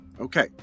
okay